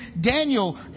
Daniel